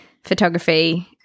photography